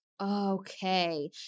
Okay